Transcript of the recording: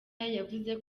yavuze